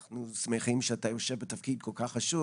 אנחנו שמחים שאתה יושב בתפקיד כל כך חשוב.